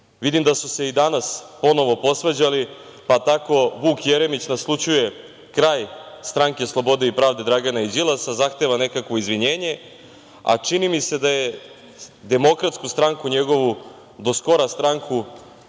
vidim da su se i danas ponovo posvađali, pa tako Vuk Jeremić naslućuje kraj stranke Slobode i pravde Dragana i Đilasa, sad zahteva nekakvo izvinjenje, a čini mi se da je, Demokratsku stranku njegovu, do skoro stranku